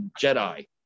jedi